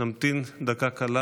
נמתין דקה קלה